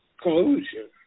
collusion